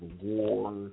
war